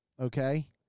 okay